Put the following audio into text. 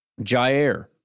Jair